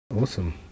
Awesome